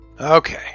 Okay